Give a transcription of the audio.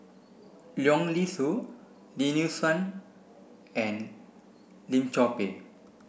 Leong Yee Soo Lim Nee Soon and Lim Chor Pee